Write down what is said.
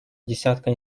десятка